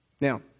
Now